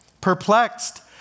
perplexed